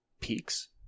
peaks